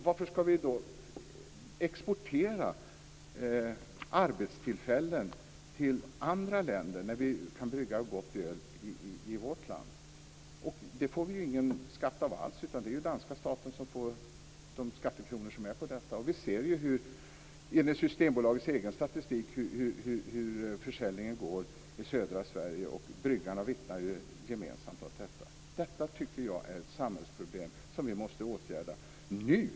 Varför skall vi exportera arbetstillfällen till andra länder när vi kan brygga gott öl i vårt land? Av detta får vi ju ingen skatt alls. Det är den danska staten som får de skattekronor som blir av detta. Vi ser enligt Systembolagets egen statistik hur försäljningen går i södra Sverige, och bryggarna vittnar gemensamt om detta. Det här tycker jag är ett samhällsproblem som vi måste åtgärda nu.